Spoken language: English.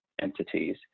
entities